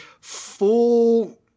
full